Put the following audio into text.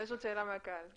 כי יש עוד שאלה מהקהל פשוט.